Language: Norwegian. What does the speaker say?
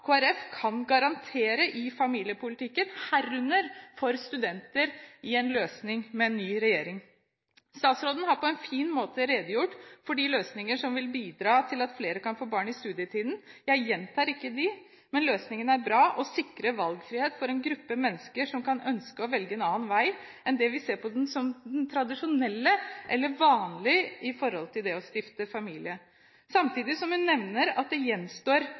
kan garantere i familiepolitikken – herunder for studenter – i en løsning med en ny regjering. Statsråden har på en fin måte redegjort for de løsninger som vil bidra til at flere kan få barn i studietiden. Jeg gjentar ikke dem. Løsningene er bra og sikrer valgfrihet for en gruppe mennesker som ønsker å velge en annen vei enn det vi ser på som den tradisjonelle, eller vanlige, når det gjelder det å stifte familie. Samtidig nevner hun at det gjenstår